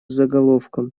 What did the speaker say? заголовком